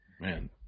Man